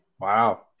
wow